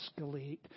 escalate